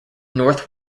north